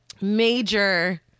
major